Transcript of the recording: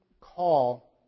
call